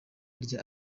rya